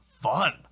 fun